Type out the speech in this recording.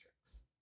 tricks